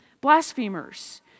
blasphemers